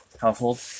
household